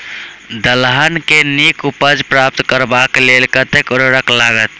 दलहन केँ नीक उपज प्राप्त करबाक लेल कतेक उर्वरक लागत?